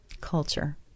Culture